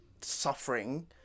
suffering